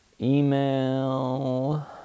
email